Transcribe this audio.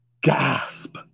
Gasp